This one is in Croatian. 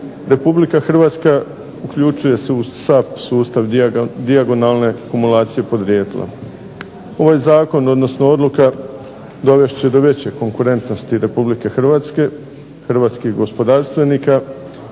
Republika Hrvatska uključuje se u SAP sustav dijagonalne kumulacije podrijetla. Ovaj zakon, odnosno odluka dovest će do veće konkurentnosti Republike Hrvatske, hrvatskih gospodarstvenika,